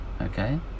okay